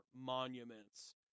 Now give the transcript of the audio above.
Monuments